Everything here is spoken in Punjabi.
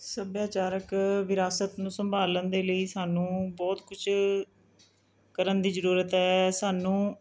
ਸੱਭਿਆਚਾਰਕ ਵਿਰਾਸਤ ਨੂੰ ਸੰਭਾਲਣ ਦੇ ਲਈ ਸਾਨੂੰ ਬਹੁਤ ਕੁਛ ਕਰਨ ਦੀ ਜ਼ਰੂਰਤ ਹੈ ਸਾਨੂੰ